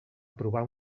aprovar